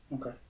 Okay